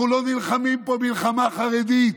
אנחנו לא נלחמים פה מלחמה חרדית,